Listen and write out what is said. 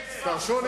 תרשו לי.